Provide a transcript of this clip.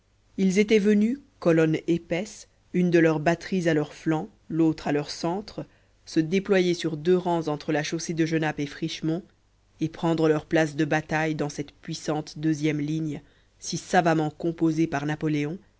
ils étaient venus colonne épaisse une de leurs batteries à leur flanc l'autre à leur centre se déployer sur deux rangs entre la chaussée de genappe et frischemont et prendre leur place de bataille dans cette puissante deuxième ligne si savamment composée par napoléon